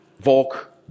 Volk